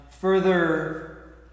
Further